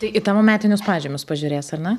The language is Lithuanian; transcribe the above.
tai į tavo metinius pažymius pažiūrės ane